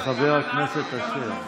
חבר הכנסת אשר.